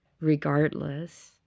regardless